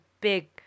big